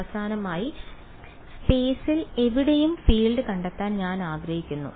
അവസാനമായി സ്പെയ്സിൽ എവിടെയും ഫീൽഡ് കണ്ടെത്താൻ ഞാൻ ആഗ്രഹിക്കുന്നു